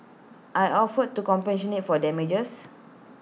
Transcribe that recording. I offered to compensate for the damages